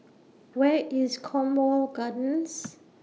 Where IS Cornwall Gardens